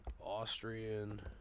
Austrian